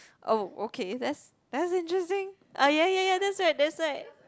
oh okay that's that's interesting ah ya ya ya that's right that's right